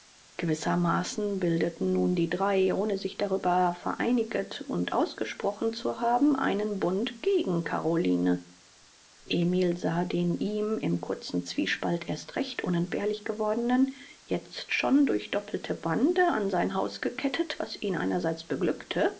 gewissermaßen bildeten nun die drei ohne sich darüber vereiniget und ausgesprochen zu haben einen bund gegen caroline emil sah den ihm im kurzen zwiespalt erst recht unentbehrlich gewordenen jetzt schon durch doppelte bande an sein haus gekettet was ihn einerseits beglückte